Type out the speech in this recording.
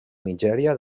nigèria